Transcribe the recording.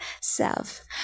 self